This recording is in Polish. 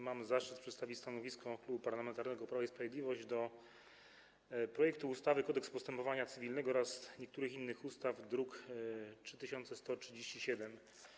Mam zaszczyt przedstawić stanowisko Klubu Parlamentarnego Prawo i Sprawiedliwość wobec projektu ustawy o zmianie ustawy Kodeks postępowania cywilnego oraz niektórych innych ustaw, druk nr 3137.